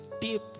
deep